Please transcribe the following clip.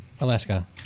Alaska